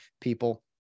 people